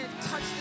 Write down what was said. touch